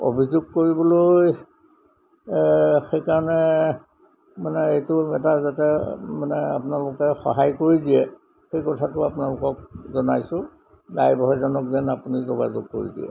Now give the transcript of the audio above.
অভিযোগ কৰিবলৈ সেইকাৰণে মানে এইটো এটা যাতে মানে আপোনালোকে সহায় কৰি দিয়ে সেই কথাটো আপোনালোকক জনাইছোঁ ড্ৰাইভাৰজনক যেন আপুনি যোগাযোগ কৰি দিয়ে